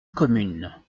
communes